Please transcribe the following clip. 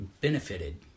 benefited